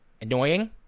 Annoying